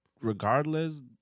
regardless